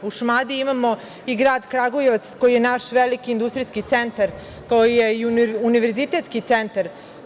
U Šumadiji imamo i grad Kragujevac, koji je naš veliki industrijski centar, koji je i univerzitetski centar.